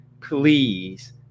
please